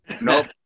Nope